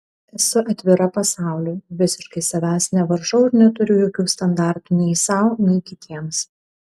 esu atvira pasauliui visiškai savęs nevaržau ir neturiu jokių standartų nei sau nei kitiems